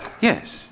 Yes